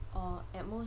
or at most